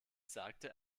sagte